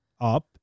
up